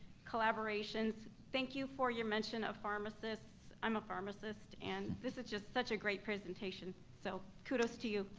collaborations, thank you for your mention of pharmacists, i'm a pharmacist, and this is just such a great presentation, so kudos to you.